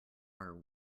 are